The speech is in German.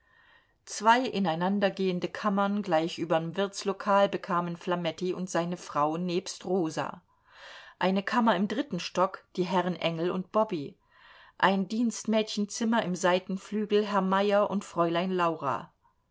zwei ineinandergehende kammern gleich überm wirtslokal bekamen flametti und seine frau nebst rosa eine kammer im dritten stock die herren engel und bobby ein dienstmädchenzimmer im seitenflügel herr meyer und fräulein laura